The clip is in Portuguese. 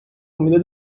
comida